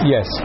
Yes